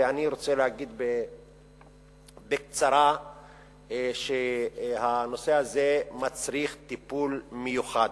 ואני רוצה להגיד בקצרה שהנושא הזה מצריך טיפול מיוחד.